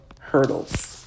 hurdles